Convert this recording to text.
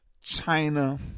China